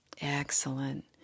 Excellent